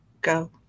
go